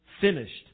finished